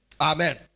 Amen